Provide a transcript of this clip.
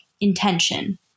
intention